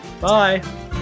bye